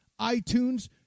iTunes